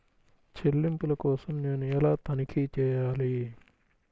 చెల్లింపుల కోసం నేను ఎలా తనిఖీ చేయాలి?